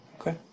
Okay